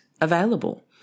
available